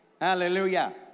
Hallelujah